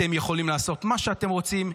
אתם יכולים לעשות מה שאתם רוצים,